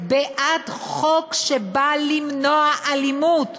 בעד חוק שבא למנוע אלימות,